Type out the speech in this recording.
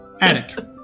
Attic